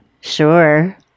Sure